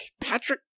patrick